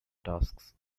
tasks